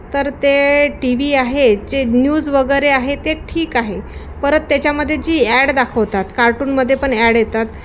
तर ते TV आहे जे न्यूज वगैरे आहे ते ठीक आहे परत त्याच्यामध्ये जी ॲड दाखवतात कार्टूनमध्ये पण ॲड येतात